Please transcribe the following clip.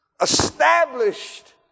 established